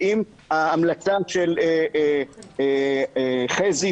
ואם ההמלצה של חזי